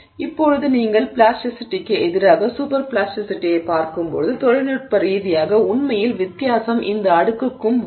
இப்போது நீங்கள் பிளாஸ்டிசிட்டிக்கு எதிராக சூப்பர் பிளாஸ்டிசிட்டியைப் பார்க்கும்போது தொழில்நுட்ப ரீதியாக உண்மையில் வித்தியாசம் இந்த அடுக்குக்கு வரும்